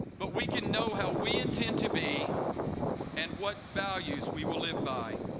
but we can know how we intend to be and what values we will live by.